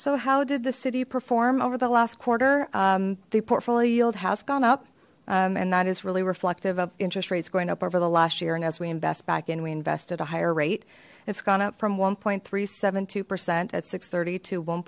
so how did the city perform over the last quarter the portfolio yield has gone up and that is really reflective of interest rates going up over the last year and as we invest back in we invest at a higher rate it's gone up from one point three seventy two percent at six thirty to one